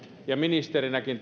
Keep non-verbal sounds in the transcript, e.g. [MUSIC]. ja ministerinäkin [UNINTELLIGIBLE]